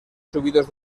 subidos